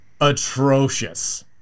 atrocious